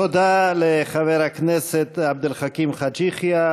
תודה לחבר הכנסת עבד אל חכים חאג' יחיא.